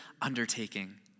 undertaking